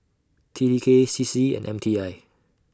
T T K C C and M T I